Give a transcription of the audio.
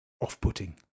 off-putting